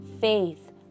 faith